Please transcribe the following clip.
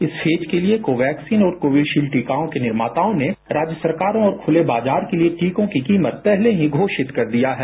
इस फेज के लिए कोवैक्सीन और कोविशील्ड टीकाओं के निर्माताओं ने राज्य सरकारों और खुले बाजार के लिए टीकों की कीमत पहले ही घोषित कर दी है